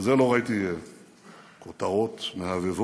על זה לא ראיתי כותרות מהבהבות,